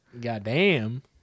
Goddamn